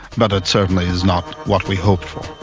but it certainly is not what we hoped